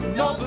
no